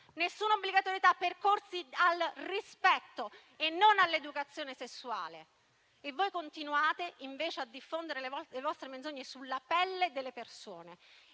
nessuna obbligatorietà per i corsi al rispetto e non all'educazione sessuale. E voi continuate invece a diffondere le vostre menzogne sulla pelle delle persone.